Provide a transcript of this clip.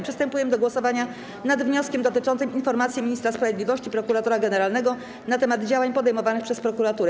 Przystępujemy do głosowania nad wnioskiem dotyczącym informacji ministra sprawiedliwości - prokuratora generalnego na temat działań podejmowanych przez prokuraturę.